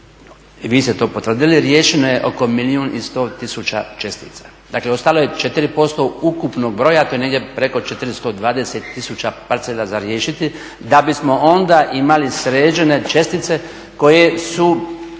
i vi ste to potvrdili, riješeno je oko milijun i 100 tisuća čestica. Dakle, ostalo je 4% ukupnog broja a to je negdje preko 420 tisuća parcela za riješiti da bismo onda imali sređene čestice koje su